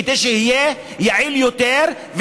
כדי שיהיה יעל יותר,